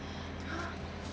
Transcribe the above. !huh!